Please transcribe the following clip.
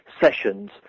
sessions